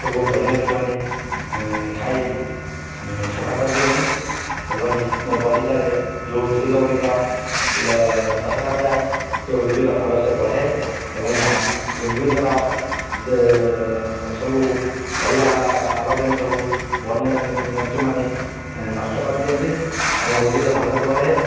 ସବୁ ବନ୍ୟଜନ୍ତୁମାନେ ଖାଇ ସଫା କରିଦିଅନ୍ତି ଏବଂ ମୋ ବଗିଚାରେ ଯେଉଁ ଉଦ୍ଭିଦ ଗୁଡ଼ିକ ଚାଷ କରାଯାଏ ସେ ଉଦ୍ଭିଦ ଭଲସେ ବଢ଼େ ଏବଂ ଉଦ୍ଭିଦର ସବୁ ଅଳିଆ ଆବର୍ଜନା ସବୁ ବନ୍ୟ ଜନ୍ତୁମାନେ ନଷ୍ଟ କରିଦିଅନ୍ତି ଏବଂ ଉଦ୍ଭିଦ ଭଲରେ ବଢ଼େ